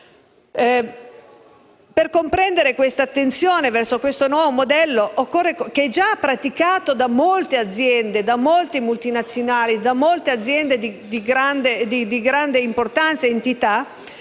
Per comprendere l'attenzione verso questo nuovo modello, che è già praticato da molte multinazionali e da diverse aziende di grande importanza ed entità,